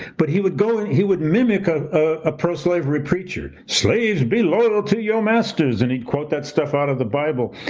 but he would go and he would mimic a ah pro-slavery preacher. slaves be loyal to your masters, and he'd quote that stuff out of the bible.